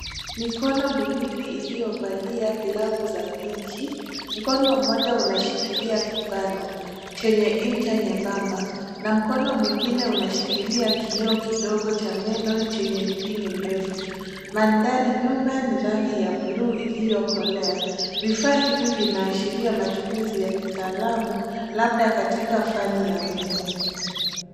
Mikono miwili iliyovalia glovu za pinki. Mkono mmoja unashikilia kibano chenye ncha nyembamba na mkono mwingine unashikilia kioo kidogo cha meno chenye mpini mrefu. Mandhari nyuma ni rangi ya bluu iliyokolea. Vifaa hivi vinaashiria matumizi ya kitaalamu labda katika fani ya meno.